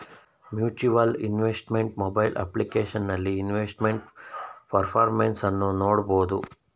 mutual investment mobile ಅಪ್ಲಿಕೇಶನಲ್ಲಿ investment performance ಅನ್ನು ನೋಡ್ಬೋದು